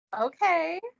Okay